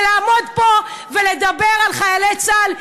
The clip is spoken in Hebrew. ולעמוד פה ולדבר על חיילי צה"ל,